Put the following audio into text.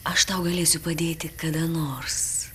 aš tau galėsiu padėti kada nors